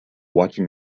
watching